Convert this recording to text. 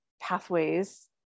pathways